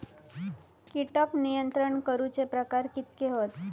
कीटक नियंत्रण करूचे प्रकार कितके हत?